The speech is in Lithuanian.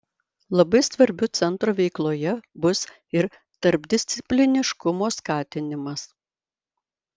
labai svarbiu centro veikloje bus ir tarpdiscipliniškumo skatinimas